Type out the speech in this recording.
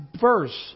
verse